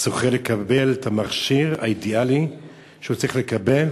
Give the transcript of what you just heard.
זוכה לקבל את המכשיר האידיאלי שהוא צריך לקבל,